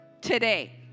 today